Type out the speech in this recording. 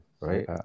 right